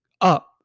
up